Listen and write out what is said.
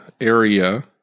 area